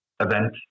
event